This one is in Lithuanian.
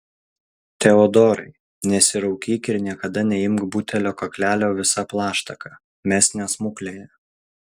teodorai nesiraukyk ir niekada neimk butelio kaklelio visa plaštaka mes ne smuklėje